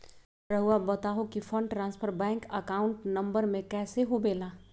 रहुआ बताहो कि fund transfer bank account number में कैसे होबेला?